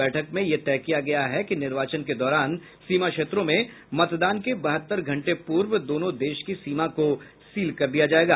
बैठक में ये तय किया गया है कि निर्वाचन के दौरान सीमा क्षेत्रों में मतदान के बहत्तर घंटे पूर्व दोनों देश की सीमा को सील कर दिया जाएगा